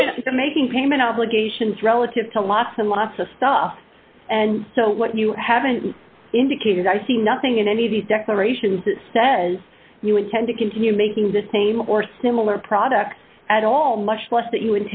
the making payment obligations relative to lots and lots of stuff and so what you haven't indicated i see nothing in any of these declarations that says you intend to continue making the same or similar products at all much less that you